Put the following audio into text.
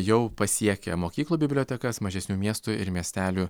jau pasiekė mokyklų bibliotekas mažesnių miestų ir miestelių